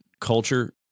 culture